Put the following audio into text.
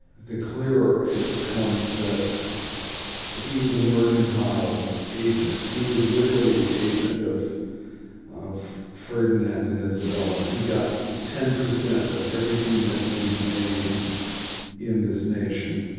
the clearer it becomes that he was a mercantile agent. he was literally the agent of of ferdinand and isabela. he got ten percent of everything that would be made in this nation.